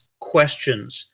questions